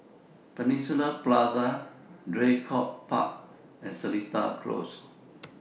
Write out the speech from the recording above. Peninsula Plaza Draycott Park and Seletar Close